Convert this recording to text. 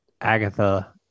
Agatha